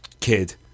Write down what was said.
kid